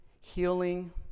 healing